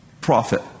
profit